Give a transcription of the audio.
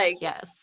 Yes